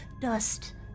dust